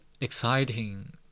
exciting